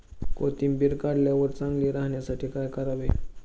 कोथिंबीर काढल्यावर चांगली राहण्यासाठी काय करावे?